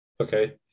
Okay